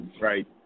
right